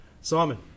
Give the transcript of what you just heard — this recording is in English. Simon